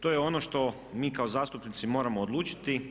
To je ono što mi kao zastupnici moramo odlučiti.